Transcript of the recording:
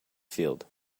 field